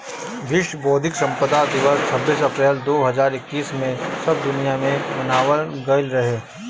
विश्व बौद्धिक संपदा दिवस छब्बीस अप्रैल दो हज़ार इक्कीस में सब दुनिया में मनावल गईल रहे